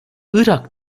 irak